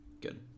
Good